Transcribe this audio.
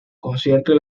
conciertos